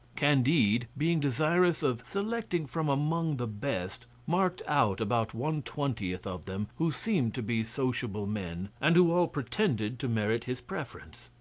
candide being desirous of selecting from among the best, marked out about one-twentieth of them who seemed to be sociable men, and who all pretended to merit his preference.